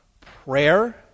prayer